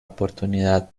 oportunidad